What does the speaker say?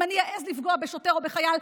אם אני אעז לפגוע בשוטר או בחייל,